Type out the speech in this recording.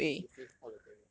you finish all the theory